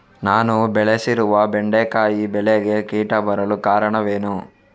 ನಾನು ಬೆಳೆಸಿರುವ ಬೆಂಡೆಕಾಯಿ ಬೆಳೆಗೆ ಕೀಟ ಬರಲು ಕಾರಣವೇನು?